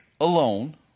alone